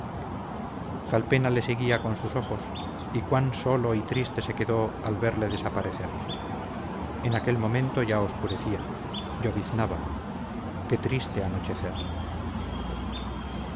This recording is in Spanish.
inquietas calpena le seguía con sus ojos y cuán solo y triste se quedó al verle desaparecer en aquel momento ya obscurecía lloviznaba qué triste anochecer